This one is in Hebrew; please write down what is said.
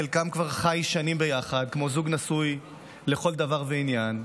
חלקם כבר חיים שנים ביחד כמו זוג נשוי לכל דבר ועניין,